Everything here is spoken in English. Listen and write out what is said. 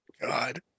God